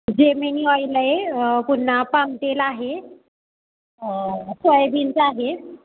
Gemini oil आहे पुन्हा पामतेल आहे सोयाबिनचं आहे